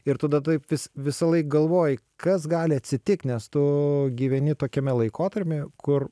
ir tada taip vis visąlaik galvoji kas gali atsitikt nes tu gyveni tokiame laikotarpyje kur